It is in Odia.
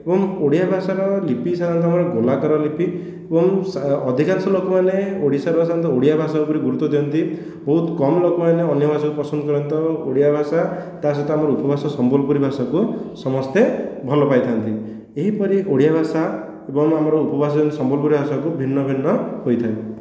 ଏବଂ ଓଡ଼ିଆ ଭାଷାର ଲିପି ସାଧାରଣତଃ ଭାବରେ ଗୋଲାକାର ଲିପି ଏବଂ ଅଧିକାଂଶ ଲୋକମାନେ ଓଡ଼ିଶା ବାସିନ୍ଦା ଓଡ଼ିଆ ଭାଷା ଉପରେ ଗୁରୁତ୍ଵ ଦିଅନ୍ତି ବହୁତ କମ୍ ଲୋକମାନେ ଅନ୍ୟ ଭାଷାକୁ ପସନ୍ଦ କରିବା ସହିତ ଓଡ଼ିଆ ଭାଷା ତା'ସହିତ ଆମ ଉପଭାଷା ସମ୍ବଲପୁରୀ ଭାଷାକୁ ସମସ୍ତେ ଭଲ ପାଇଥାନ୍ତି ଏହିପରି ଓଡ଼ିଆ ଭାଷା ଏବଂ ଆମର ଉପଭାଷା ଯେଉଁ ସମ୍ବଲପୁରୀ ଭାଷାକୁ ଭିନ୍ନ ଭିନ୍ନ ହୋଇଥାଏ